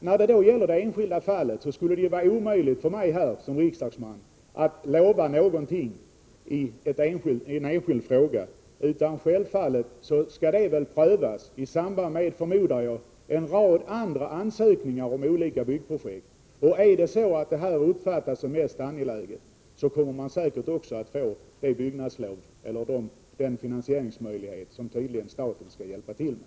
När det gäller det enskilda fallet är det ju omöjligt för mig att här som riksdagsman lova något. Självfallet skall det fallet prövas i samband med — förmodar jag — en rad andra ansökningar om olika byggprojekt. Och om detta fall uppfattas som mest angeläget, så kommer man säkert också att få den finansieringsmöjlighet som staten tydligen skall hjälpa till med.